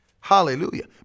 Hallelujah